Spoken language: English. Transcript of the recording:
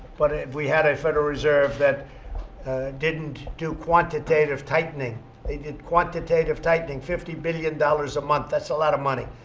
but if we had a federal reserve that didn't do quantitative tightening they did quantitative tightening fifty billion dollars a month. that's a lot of money.